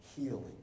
healing